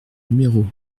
numéro